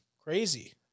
Crazy